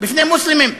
בפני מוסלמים.